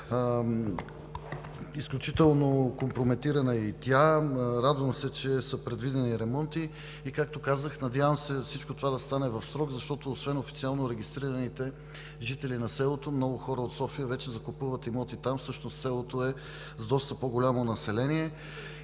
изключително компрометирана е и тя. Радвам се, че са предвидени ремонти и, както казах, надявам се всичко това да стане в срок, защото, освен официално регистрираните жители на селото, много хора от София вече закупуват имоти там – всъщност селото е с доста повече население.